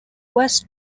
west